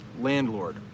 Landlord